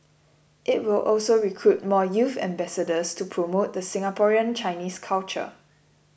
it will also recruit more youth ambassadors to promote the Singaporean Chinese culture